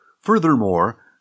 Furthermore